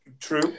true